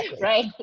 Right